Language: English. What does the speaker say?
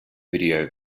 video